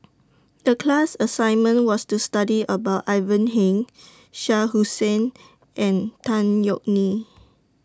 The class assignment was to study about Ivan Heng Shah Hussain and Tan Yeok Nee